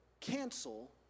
cancel